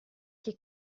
che